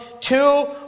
two